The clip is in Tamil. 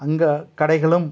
அங்க கடைகளும்